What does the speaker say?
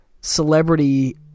celebrity